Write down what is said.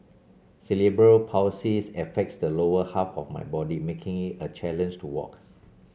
cerebral Palsys affects the lower half of my body making it a challenge to walk